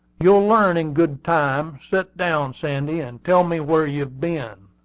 you'll learn in good time. set down, sandy, and tell me where you've been.